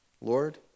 Lord